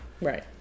Right